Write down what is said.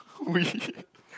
we